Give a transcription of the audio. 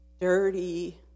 dirty